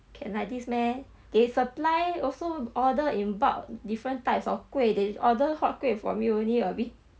can like this meh they supply also order in bulk different types of kueh they order huat kueh form you only a bit